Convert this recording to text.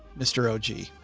mr. og.